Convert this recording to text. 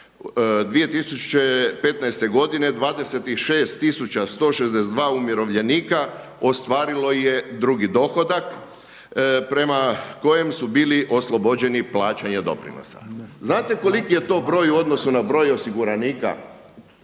2015. godine 26162 umirovljenika ostvarilo je drugi dohodak prema kojem su bili oslobođeni plaćanja doprinosa. Znate koliki je to broj u odnosu na broj osiguranika?